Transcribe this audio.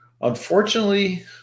Unfortunately